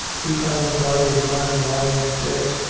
he found the body of a man lying dead,